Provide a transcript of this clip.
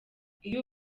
iyo